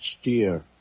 steer